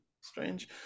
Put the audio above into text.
strange